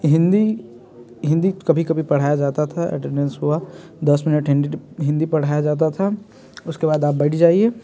हिंदी हिंदी कभी कभी पढ़ाया जाता था अटेंडेंस हुआ दस मिनट हिंदी पढ़ाया जाता था उसके बाद आप बैठ जाइए